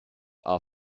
are